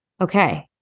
okay